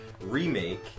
remake